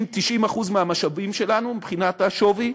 90% 90% מהמשאבים שלנו מבחינת השווי,